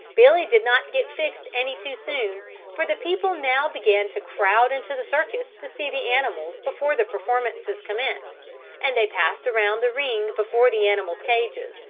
billy did not get fixed any too soon for the people now began to crowd into the circus to see the animals before the performances commenced and they passed around the ring before the animals' cages,